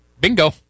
bingo